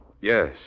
yes